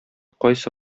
кайсы